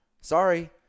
Sorry